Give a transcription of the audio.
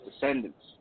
descendants